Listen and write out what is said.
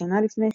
כשנה לפני כן,